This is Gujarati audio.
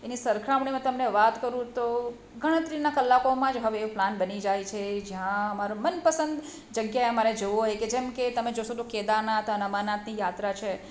એની સરખામણીમાં તમને વાત કરું તો ગણતરીના કલાકોમાં જ હવે એવું પ્લાન બની જાય છે જ્યાં અમારા મનપસંદ જગ્યાએ અમારે જવું હોય કે જેમ કે તમે જોશો તો કેદારનાથ અને અમરનાથની યાત્રા છે